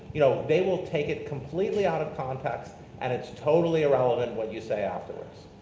you know, they will take it completely out of context and it's totally irrelevant what you say afterwards.